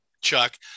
Chuck